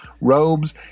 robes